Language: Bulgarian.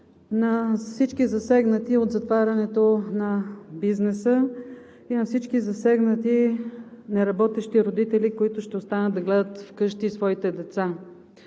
на всички, засегнати от затварянето на бизнеса, и на всички, засегнати неработещи родители, които ще останат да гледат вкъщи своите деца.